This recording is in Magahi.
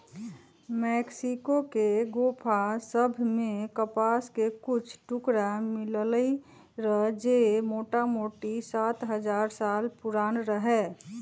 मेक्सिको के गोफा सभ में कपास के कुछ टुकरा मिललइ र जे मोटामोटी सात हजार साल पुरान रहै